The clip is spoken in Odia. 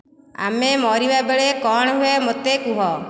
ଆମେ ମରିବାବେଳେ କ'ଣ ହୁଏ ମୋତେ କୁହ